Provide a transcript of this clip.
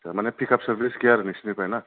आतसा माने pickup service गैया आरो ना नोंसोरनिफ्राय